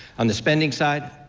on the spending size,